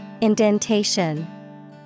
Indentation